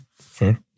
fair